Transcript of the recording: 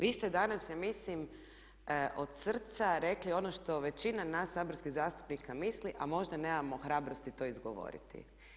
Vi ste danas ja mislim od srca rekli ono što većina nas saborskih zastupnika misli, a možda nemamo hrabrosti to izgovoriti.